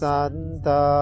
Santa